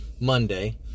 Monday –